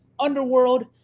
underworld